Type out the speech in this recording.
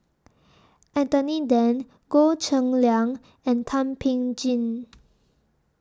Anthony Then Goh Cheng Liang and Thum Ping Tjin